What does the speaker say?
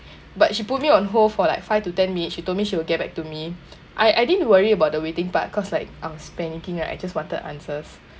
but she put me on hold for like five to ten minute she told me she will get back to me I I didn't worry about the waiting part cause like I was panicking right I just wanted answers